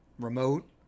remote